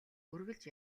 үргэлж